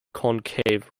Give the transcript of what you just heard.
concave